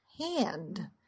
hand